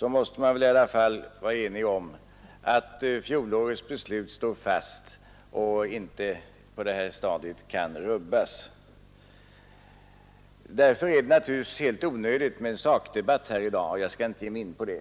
måste man väl i alla fall vara enig om att fjolårets beslut står fast och inte på detta stadium kan rubbas. Därför är det naturligtvis helt onödigt med en sakdebatt här i dag, och jag skall inte ge mig in på en sådan.